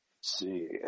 see